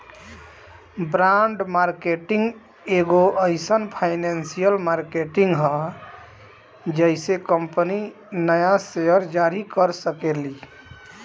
bond market एगो एईसन financial market ह जेइसे कंपनी न्या सेयर जारी कर सकेली